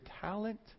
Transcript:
talent